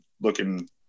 looking